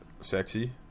sexy